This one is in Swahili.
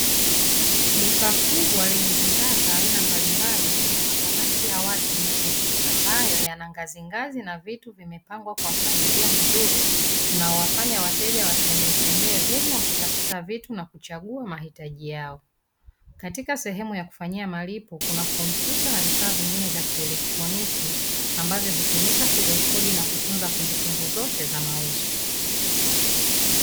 Duka kubwa lenye bidhaa za aina mbalimbali lina makabati ya wazi mengi ambayo, yana ngazingazi na vitu vimepangwa kwa mpangilio mzuri, unaowafanya wateja watembetembee humo wakitafuta vitu na kuchagua mahitaji yao. Katika sehemu ya kufanyia malipo kuna kompyuta na vifaa vingine vya kielektroniki ambavyo hutumika kurekodi na kutunza kumbukumbu zote za mauzo.